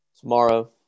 Tomorrow